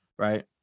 Right